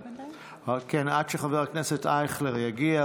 עד שחבר הכנסת אייכלר יגיע,